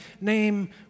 name